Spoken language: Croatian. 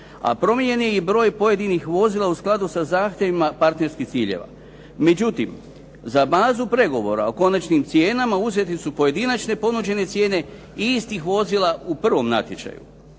a promijenjen je i broj pojedinih vozila u skladu sa zahtjevima partnerskih ciljeva. Međutim, za bazu pregovora o konačnim cijenama uzete su pojedinačne ponuđene cijene istih vozila u prvom natječaju.